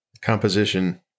Composition